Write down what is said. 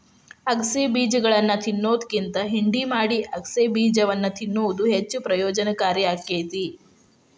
ಅಗಸೆ ಬೇಜಗಳನ್ನಾ ತಿನ್ನೋದ್ಕಿಂತ ಹಿಂಡಿ ಮಾಡಿ ಅಗಸೆಬೇಜವನ್ನು ತಿನ್ನುವುದು ಹೆಚ್ಚು ಪ್ರಯೋಜನಕಾರಿ ಆಕ್ಕೆತಿ